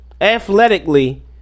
athletically